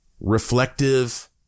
reflective